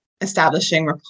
establishing